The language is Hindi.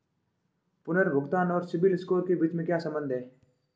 पुनर्भुगतान और सिबिल स्कोर के बीच क्या संबंध है?